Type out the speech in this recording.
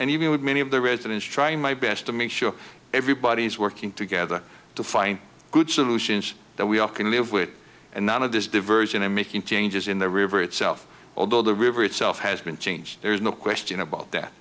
and even with many of the residents trying my best to make sure everybody's working together to find good solutions that we all can live with and not of this diversion and making changes in the river itself although the river itself has been changed there's no question about that